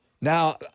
Now